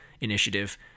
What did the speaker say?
initiative